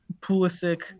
Pulisic